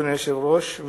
אדוני היושב-ראש,